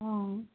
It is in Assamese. অ